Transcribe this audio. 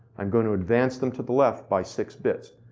i'm going to advance them to the left by six bits,